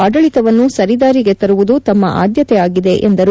ಆಡಳಿತವನ್ನು ಸರಿ ದಾರಿಗೆ ತರುವುದು ತಮ್ಮ ಆದ್ಯತೆ ಆಗಿದೆ ಎಂದರು